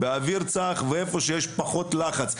באוויר צח ואיפה שיש פחות לחץ,